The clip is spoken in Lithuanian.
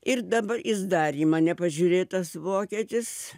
ir dabar jis dar į mane pažiūrėjo tas vokietis